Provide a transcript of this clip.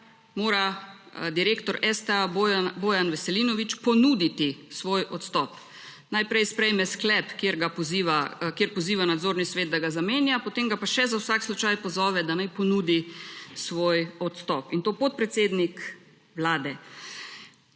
mora direktor STA Bojan Veselinovič ponuditi svoj odstop. Najprej sprejme sklep, kjer poziva nadzorni svet, da ga zamenja, potem ga pa še za vsak slučaj pozove, da naj ponudi svoj odstop. In to podpredsednik vlade.